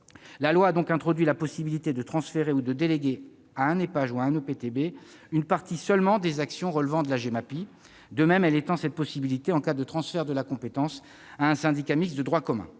La loi a donc introduit la possibilité de transférer ou de déléguer à un Épage ou à un EPTB une partie seulement des actions relevant de la Gemapi. De même, elle étend cette possibilité en cas de transfert de la compétence à un syndicat mixte de droit commun.